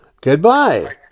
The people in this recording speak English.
goodbye